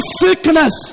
sickness